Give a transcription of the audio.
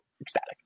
ecstatic